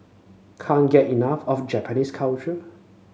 can't get enough of Japanese culture